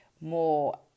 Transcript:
more